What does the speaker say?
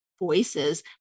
voices